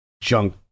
junk